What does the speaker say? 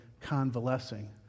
convalescing